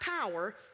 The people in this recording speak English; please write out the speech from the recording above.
power